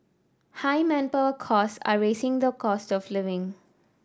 high manpower costs are raising the cost of living